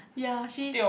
ya she